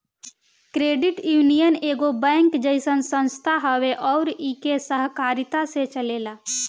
credit union एगो bank जइसन संस्था हवे अउर इ के सहकारिता से चलेला